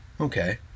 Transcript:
Okay